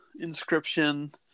inscription